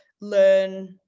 learn